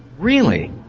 really?